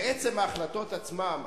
ועצם ההחלטות עצמן,